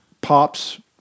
pops